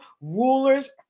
rulers